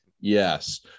Yes